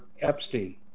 Epstein